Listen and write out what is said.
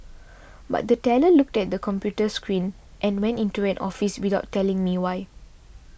but the teller looked at the computer screen and went into an office without telling me why